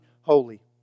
holy